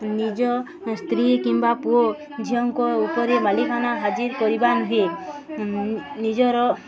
ନିଜ ସ୍ତ୍ରୀ କିମ୍ବା ପୁଅ ଝିଅଙ୍କ ଉପରେ ମାଲିକାନା ହାଜିର କରିବା ନୁହେଁ ନିଜର